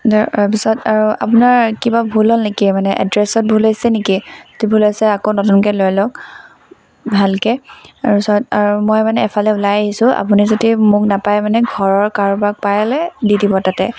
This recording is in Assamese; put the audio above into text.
তাৰপিছত আপোনাৰ কিবা ভুল হ'ল নেকি মানে এড্ৰেছত ভুল হৈছে নেকি কি ভুল হৈছে আকৌ নতুনকৈ লৈ লওক ভালকৈ তাৰপিছত আৰু মই মানে এফালে ওলাই আহিছোঁ আপুনি যদি মোক নাপায় মানে মোৰ ঘৰৰ কাৰোবাক পালে দি দিব তাতে